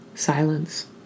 Silence